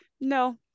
no